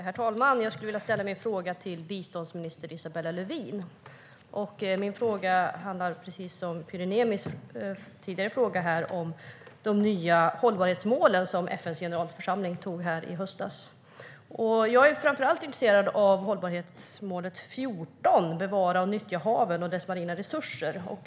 Herr talman! Jag ställer min fråga till biståndsminister Isabella Lövin. Min fråga handlar, precis som Pyry Niemis tidigare fråga, om de nya hållbarhetsmål som FN:s generalförsamling antog i höstas. Jag är framför allt intresserad av hållbarhetsmål 14 om att bevara och nyttja haven och dessa marina resurser.